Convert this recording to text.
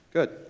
Good